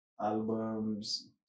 Albums